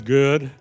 good